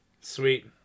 Sweet